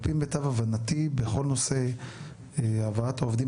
על פי מיטב הבנתי בכל נושא הבאת העובדים